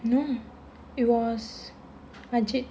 no it was ajit